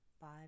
five